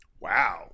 wow